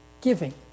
giving